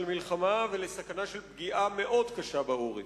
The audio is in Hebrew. מלחמה ולסכנה של פגיעה מאוד קשה בעורף.